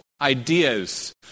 ideas